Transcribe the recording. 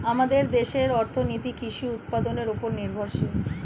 আমাদের দেশের অর্থনীতি কৃষি উৎপাদনের উপর নির্ভরশীল